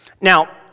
Now